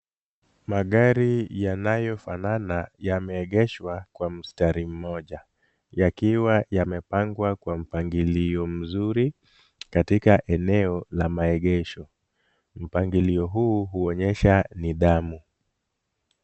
Magari yanayofanana yameegeshwa kwa mstari mmoja, yakiwa yamepangwa kwa mpangilio mzuri katika eneo la maegesho. Mpangilio huu huonyesha nidhamu.